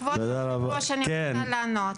כבוד היו"ר, אני רוצה לענות.